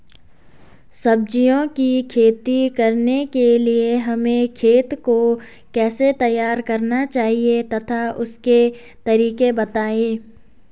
सब्जियों की खेती करने के लिए हमें खेत को कैसे तैयार करना चाहिए तथा उसके तरीके बताएं?